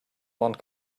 one